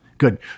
Good